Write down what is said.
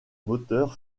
moteur